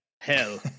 hell